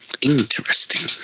Interesting